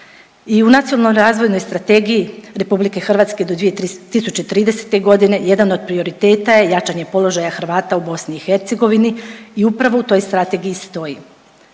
I u Nacionalnoj razvojnoj strategiji RH do 2030.g. jedan od prioriteta je jačanje položaja Hrvata u BiH i upravo u toj strategiji stoji,